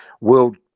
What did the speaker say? world